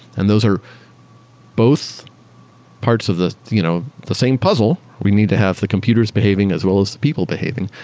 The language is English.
and those are both parts of the you know the same puzzle. we need to have the computers behaving, as well as the people behaving,